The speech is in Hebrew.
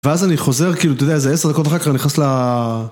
ואז אני חוזר כאילו אתה יודע איזה עשר דקות אחר כך אני נכנס ל...